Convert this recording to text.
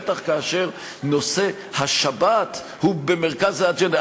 בטח כאשר נושא השבת הוא במרכז האג'נדה,